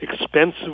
expensive